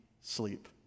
sleep